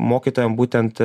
mokytojam būtent